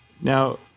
Now